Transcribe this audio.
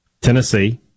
Tennessee